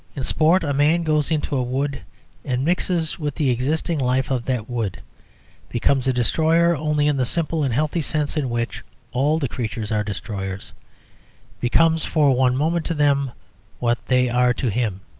in sport a man goes into a wood and mixes with the existing life of that wood becomes a destroyer only in the simple and healthy sense in which all the creatures are destroyers becomes for one moment to them what they are to him